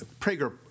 Prager